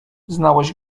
znałeś